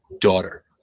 daughter